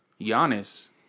Giannis